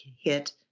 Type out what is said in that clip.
hit